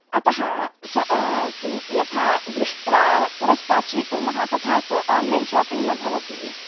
अतः स् किं यथा दृष्ट्वा पुरस्तात् स्वीकुर्मः तथा तु आन्लैन् शापिङ्ग् न भवति